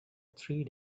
three